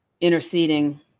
interceding